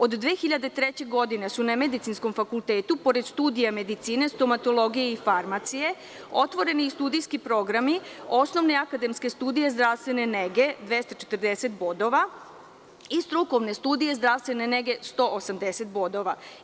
Od 2003. godine su na Medicinskom fakultetu, pored studija medicine, stomatologije i farmacije otvoreni i studijski programi, osnovne akademske studije zdravstvene nege 240 bodova, i strukovne studije zdravstvene nege 180 bodova.